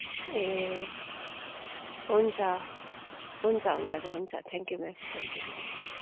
ए हुन्छ हुन्छ हुन्छ त हुन्छ थ्याङ्क्यु म्याम थ्याङ्क्यु म्याम हुन्छ